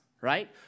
right